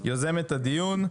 יוזמי הדיון: